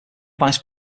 vice